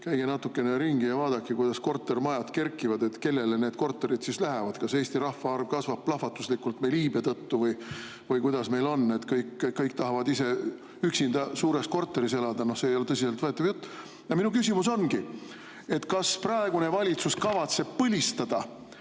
käige natukene ringi ja vaadake, kuidas kortermajad kerkivad. Kellele need korterid siis lähevad? Kas Eesti rahvaarv kasvab plahvatuslikult iibe tõttu või kuidas meil on? Kas kõik tahavad ise üksinda suures korteris elada? See ei ole tõsiselt võetav jutt. Minu küsimus on: kas praegune valitsus kavatseb põlistada